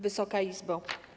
Wysoka Izbo!